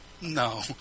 No